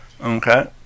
Okay